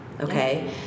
okay